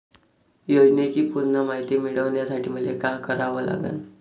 योजनेची पूर्ण मायती मिळवासाठी मले का करावं लागन?